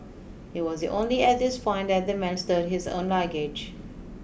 it was only at this fine that the man stowed his own luggage